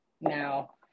now